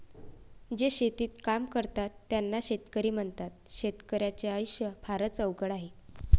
जे शेतीचे काम करतात त्यांना शेतकरी म्हणतात, शेतकर्याच्या आयुष्य फारच अवघड आहे